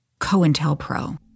COINTELPRO